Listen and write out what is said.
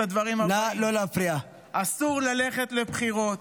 את הדברים הבאים: אסור ללכת לבחירות,